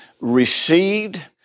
received